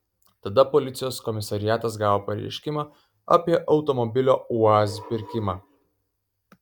tada policijos komisariatas gavo pareiškimą apie automobilio uaz pirkimą